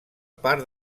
part